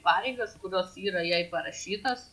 pareigas kurios yra jai parašytos